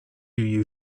you